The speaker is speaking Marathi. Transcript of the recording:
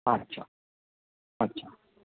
अच्छा अच्छा